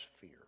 fear